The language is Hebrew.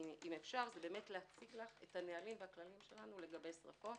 זה להציג לך את הנהלים והכללים שלנו לגבי שריפות.